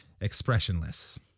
expressionless